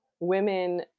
women